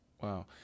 Wow